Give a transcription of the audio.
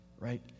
right